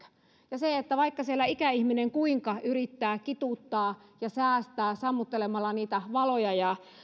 vaikka siellä ikäihminen kuinka yrittää kituuttaa ja säästää sammuttelemalla niitä valoja ja